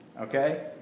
okay